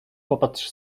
popatrz